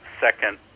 second